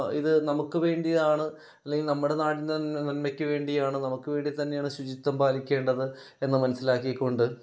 ഇത് നമുക്ക് വേണ്ടിയാണ് അല്ലെങ്കിൽ നമ്മുടെ നാടിൻ്റെ നന്മയ്ക്ക് വേണ്ടിയാണ് നമുക്കുവേണ്ടി തന്നെയാണ് ശുചിത്വം പാലിയ്ക്കേണ്ടത് എന്ന് മനസ്സിലാക്കിക്കൊണ്ട്